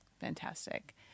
Fantastic